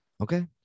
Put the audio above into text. Okay